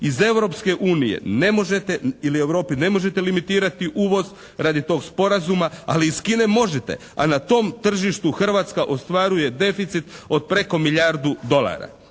Iz Europske unije ne možete, ili Europi, ne možete limitirati uvoz, radi tog sporazuma, ali iz Kine možete. A na tom tržištu Hrvatska ostvaruje deficit od preko milijardu dolara.